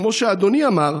כמו שאדוני אמר,